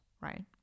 right